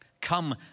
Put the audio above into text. Come